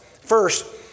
First